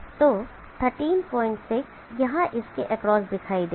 तो 136 यहाँ इसके एक्रॉस दिखाई देगा